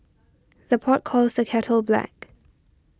the pot calls the kettle black